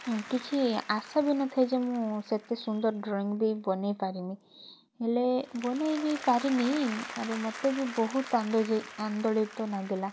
କିଛି ଆଶା ବି ନଥାଏ ଯେ ମୁଁ ସେତେ ସୁନ୍ଦର୍ ଡ୍ରଇଙ୍ଗ୍ ବି ବନେଇ ପାର୍ମି ହେଲେ ବନେଇ ବି ପାର୍ନି ଆରୁ ମତେ ବି ବହୁତ୍ ଆନ୍ଦୋଳିତ ଲାଗିଲା